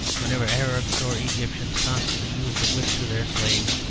whenever arabs or egyptians constantly use the whip to their slaves,